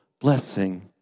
blessing